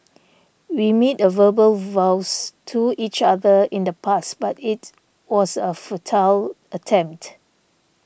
we made a verbal vows to each other in the past but it was a futile attempt